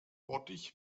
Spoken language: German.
bottich